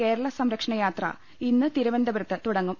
കേരള സംരക്ഷ ണയാത്ര ഇന്ന് തിരുവനന്തപുരത്ത് തുടങ്ങും